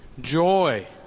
joy